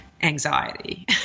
Anxiety